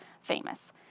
famous